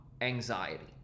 anxiety